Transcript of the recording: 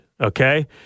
okay